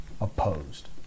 opposed